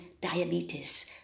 diabetes